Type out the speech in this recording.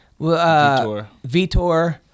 Vitor